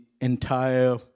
entire